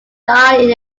died